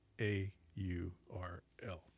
A-U-R-L